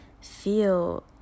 feel